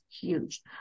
huge